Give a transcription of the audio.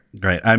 Great